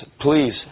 please